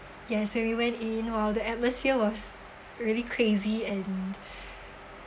yes when we went !wow! the atmosphere was really crazy and